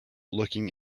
looking